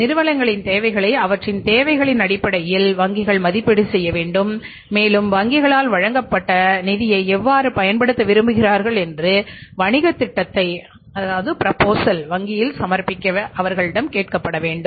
நிறுவனங்களின் தேவைகளை அவற்றின் தேவைகளின் அடிப்படையில் வங்கிகள் மதிப்பீடு செய்ய வேண்டும் மேலும் வங்கிகளால் வழங்கப்பட்ட நிதியை எவ்வாறு பயன்படுத்த விரும்புகிறார்கள் என்று வணிகத் திட்டத்தை வங்கியில் சமர்ப்பிக்க அவர்களிடம் கேட்கப்பட வேண்டும்